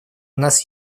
нас